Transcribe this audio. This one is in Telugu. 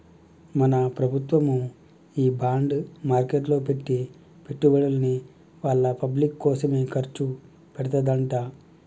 మన ప్రభుత్వము ఈ బాండ్ మార్కెట్లో పెట్టి పెట్టుబడుల్ని వాళ్ళ పబ్లిక్ కోసమే ఖర్చు పెడతదంట